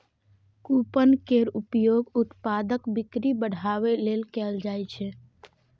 coupon केर उपयोग उत्पादक बिक्री बढ़ाबै लेल कैल जाइ छै